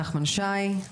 נחמן שי.